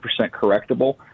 correctable